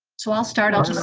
so, i'll start, i'll just